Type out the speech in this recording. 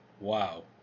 wow